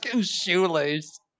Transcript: shoelace